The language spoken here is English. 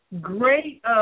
Great